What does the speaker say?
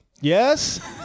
Yes